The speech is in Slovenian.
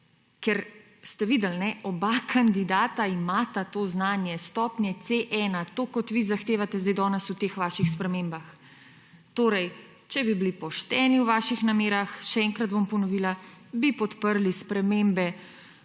Ker ste videli, oba kandidata imata to znanje stopnje C1, toliko kot vi zahtevate danes v teh svojih spremembah. Torej če bi bili pošteni v svojih namerah, še enkrat bom ponovila, bi podprli spremembe